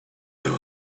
there